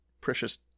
Precious